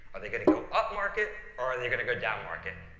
are they going to go up market or are they going to go down market?